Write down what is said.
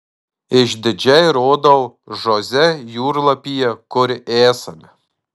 išdidžiai rodau žoze jūrlapyje kur esame